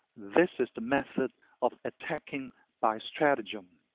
this is the method of attacking by stratagem.